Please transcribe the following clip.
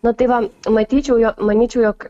na tai va matyčiau jo manyčiau jog